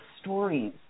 stories